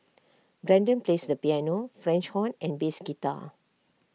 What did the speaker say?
Brendan plays the piano French horn and bass guitar